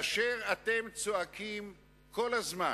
אם אתם צועקים כל הזמן: